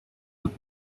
with